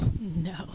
no